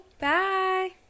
Bye